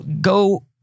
Go